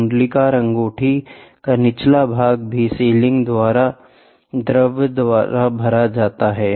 कुंडलाकार अंगूठी का निचला भाग भी सीलिंग द्रव से भरा होता है